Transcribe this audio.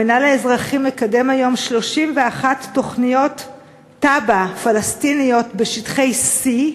המינהל האזרחי מקדם היום 31 תב"ע פלסטיניות בשטחי C,